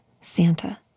Santa